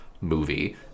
movie